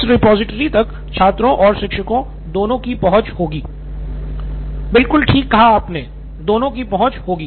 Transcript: इस रिपॉजिटरी तक छात्रों और शिक्षकों दोनों पहुँच होगी नितिन कुरियन बिलकुल ठीक कहा आपने दोनों की पहुँच होगी